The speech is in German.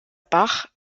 bach